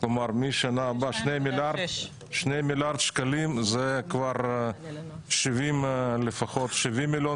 כלומר משנה הבאה שני מיליארד שקלים זה לפחות 70 מיליון